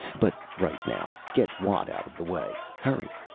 but right now, get watt out of the way. hurry!